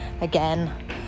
again